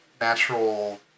natural